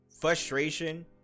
frustration